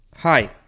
Hi